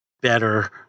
better